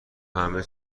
همه